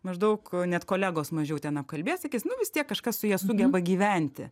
maždaug net kolegos mažiau ten apkalbės sakys nu vis tiek kažkas su ja sugeba gyventi